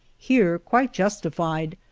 here quite justified,